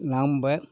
நம்ப